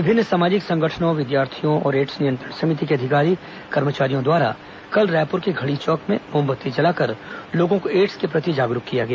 विभिन्न सामाजिक संगठनों विद्यार्थियों और एड्स नियंत्रण समिति के अधिकारी कर्मचारियों द्वारा कल रायपुर के घड़ी चौक में मोमबत्ती जलाकर लोगों को एडस के प्रति जागरूक किया गया